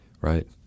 Right